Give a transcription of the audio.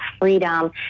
freedom